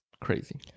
crazy